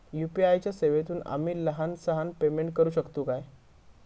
UPI च्या सेवेतून आम्ही लहान सहान पेमेंट करू शकतू काय?